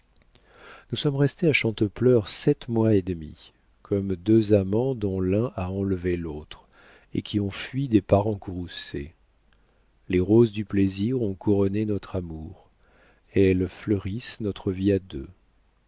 nous sommes restés à chantepleurs sept mois et demi comme deux amants dont l'un a enlevé l'autre et qui ont fui des parents courroucés les roses du plaisir ont couronné notre amour elles fleurissent notre vie à deux